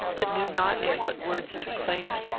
but knew not in what words to claim it.